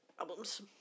albums